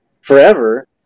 forever